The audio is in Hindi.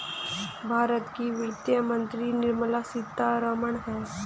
भारत की वित्त मंत्री निर्मला सीतारमण है